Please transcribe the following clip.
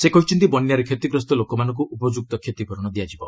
ସେ କହିଛନ୍ତି ବନ୍ୟାରେ କ୍ଷତିଗ୍ରସ୍ତ ଲୋକମାନଙ୍କୁ ଉପଯୁକ୍ତ କ୍ଷତିପ୍ରରଣ ଦିଆଯିବ